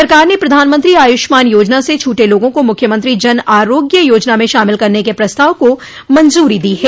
सरकार ने प्रधानमंत्री आयुष्मान योजना से छूटे लोगों को मुख्यमंत्री जन आरोग्य योजना में शामिल करने के प्रस्ताव को मंजूरी दी है